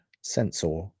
Sensor